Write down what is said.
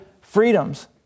freedoms